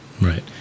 Right